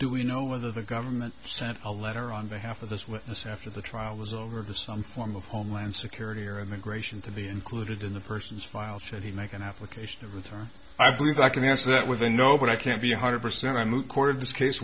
do we know whether the government sent a letter on behalf of this witness after the trial was over to some form of homeland security or in the gratian to be included in the person's file should he make an application to return i believe i can answer that with a no but i can't be one hundred percent i move toward this case